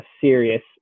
serious